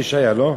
בישעיה, לא?